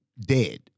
dead